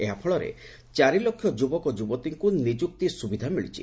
ଏହାଫଳରେ ଚାରିଲକ୍ଷ ଯୁବକ ଯୁବତୀଙ୍କୁ ନିଯୁକ୍ତି ସୁବିଧା ମିଳିଛି